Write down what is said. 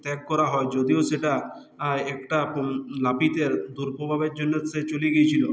ত্যাগ করা হয় যদিও সেটা একটা নাপিতের দুর্ব্যবহারের জন্যে সে চলে গিয়েছিলো